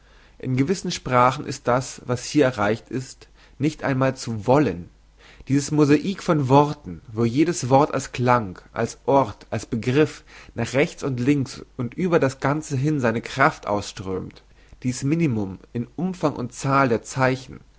in gewissen sprachen ist das was hier erreicht ist nicht einmal zu wollen dies mosaik von worten wo jedes wort als klang als ort als begriff nach rechts und links und über das ganze hin seine kraft ausströmt dies minimum in umfang und zahl der zeichen